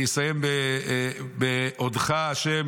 אני אסיים ב"אודך ה'